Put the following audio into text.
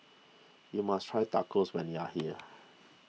you must try Tacos when you are here